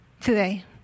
today